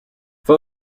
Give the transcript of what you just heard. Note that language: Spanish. fue